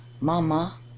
mama